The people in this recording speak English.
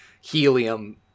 helium